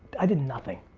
i did nothing.